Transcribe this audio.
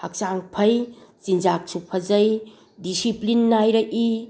ꯍꯛꯆꯥꯡ ꯐꯩ ꯆꯤꯟꯖꯥꯛꯁꯨ ꯐꯖꯩ ꯗꯤꯁꯤꯄ꯭ꯂꯤꯟ ꯅꯥꯏꯔꯛꯏ